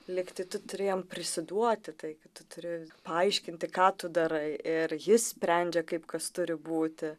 lyg tai tu turi jam prisiduoti tai kad tu turi paaiškinti ką tu darai ir jis sprendžia kaip kas turi būti